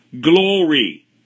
glory